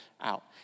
out